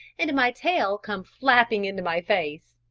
and my tail come flapping into my face.